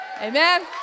Amen